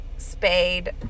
spade